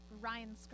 Ryan